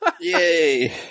Yay